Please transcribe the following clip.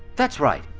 that's right.